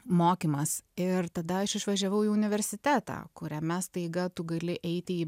mokymas ir tada aš išvažiavau į universitetą kuriame staiga tu gali eiti į